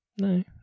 No